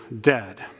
dead